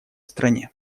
стране